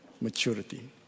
maturity